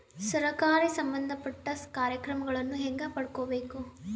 ಸರಕಾರಿ ಸಂಬಂಧಪಟ್ಟ ಕಾರ್ಯಕ್ರಮಗಳನ್ನು ಹೆಂಗ ಪಡ್ಕೊಬೇಕು?